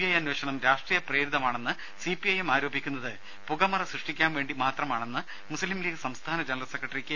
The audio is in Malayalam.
ഐ അന്വേഷണം രാഷ്ട്രീയ പ്രേരിതം ആണെന്ന് സിപിഐഎം ആരോപിക്കുന്നത് പുകമറ സൃഷ്ടിക്കാൻ വേണ്ടി മാത്രമാണെന്ന് മുസ്ലീം ലീഗ് സംസ്ഥാന ജനറൽ സെക്രട്ടറി കെ